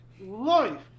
life